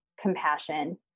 compassion